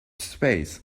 space